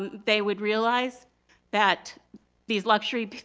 um they would realize that these luxury